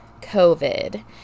COVID